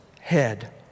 head